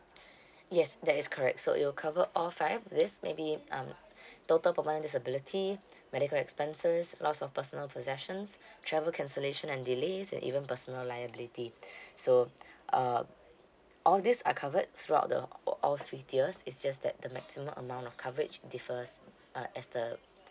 yes that is correct so it will cover all five these may be um total permanent disability medical expenses loss of personal possessions travel cancellation and delays and even personal liability so uh all these are covered throughout the all three tiers it's just that the maximum amount of coverage differs uh as the